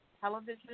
television